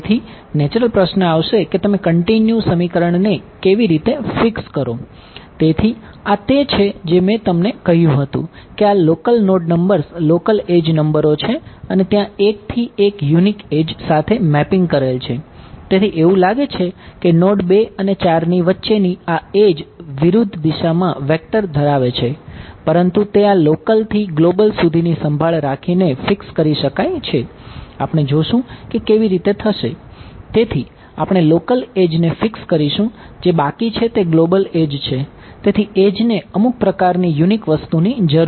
તેથી નેચરલ પ્રશ્ન ધરાવે છે પરંતુ તે આ લોકલ થી ગ્લોબલ સુધીની સંભાળ રાખીને ફિક્સ કરી શકાય છે આપણે જોશું કે કેવી રીતે થશે